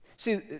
See